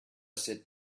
sit